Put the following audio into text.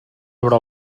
sobre